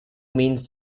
means